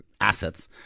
Assets